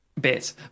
bit